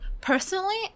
personally